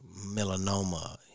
melanoma